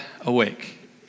awake